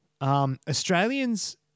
Australians